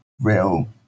real